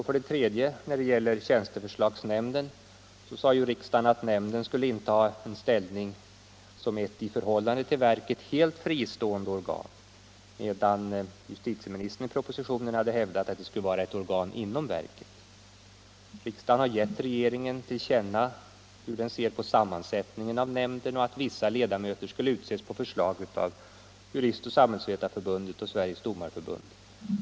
För det tredje sade riksdagen när det gäller tjänsteförslagsnämnden att nämnden skall inta en ställning som ett i förhållande till verket helt fristående organ, medan justitieministern i propositionen har hävdat att nämnden skall vara ett organ inom verket. Riksdagen har givit regeringen till känna hur riksdagen ser på sammansättningen av nämnden och att vissa ledamöter skall utses på förslag av Juristoch samhällsvetarförbundet och Sveriges domarförbund.